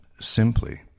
simply